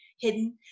hidden